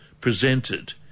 presented